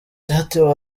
ryatewe